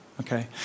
okay